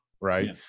Right